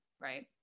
Right